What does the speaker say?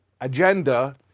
agenda